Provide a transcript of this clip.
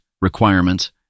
requirements